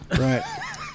Right